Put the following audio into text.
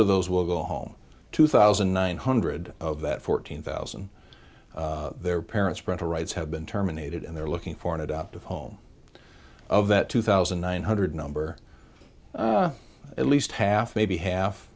of those will go home two thousand nine hundred of that fourteen thousand their parents parental rights have been terminated and they're looking for an adoptive home of that two thousand nine hundred number at least half maybe half